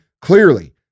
clearly